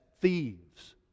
thieves